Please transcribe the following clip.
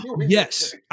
Yes